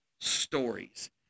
stories